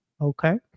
Okay